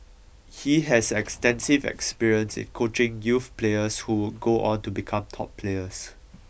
he has extensive experience in coaching youth players who would go on to become top players